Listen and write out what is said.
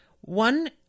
One